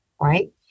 right